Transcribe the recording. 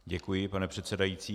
Děkuji, pane předsedající.